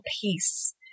peace